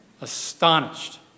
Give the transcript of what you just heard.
astonished